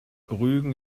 rügen